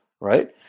right